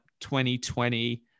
2020